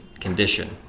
condition